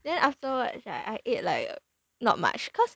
then afterwards right I ate like not much cause